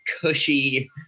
cushy